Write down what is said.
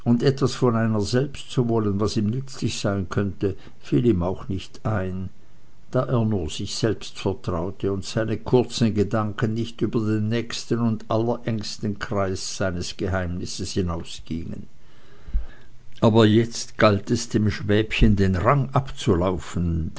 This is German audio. etwas von einer selbst zu wollen was ihm nützlich sein könnte fiel ihm auch nicht ein da er nur sich selbst vertraute und seine kurzen gedanken nicht über den nächsten und allerengsten kreis seines geheimnisses hinausgingen aber jetzt galt es dem schwäbchen den rang anzulaufen